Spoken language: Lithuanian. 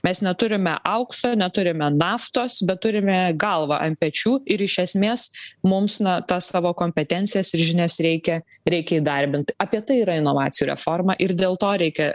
mes neturime aukso neturime naftos bet turime galvą ant pečių ir iš esmės mums na tas savo kompetencijas ir žinias reikia reikia įdarbint apie tai yra inovacijų reforma ir dėl to reikia